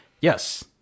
yes